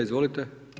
Izvolite.